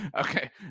Okay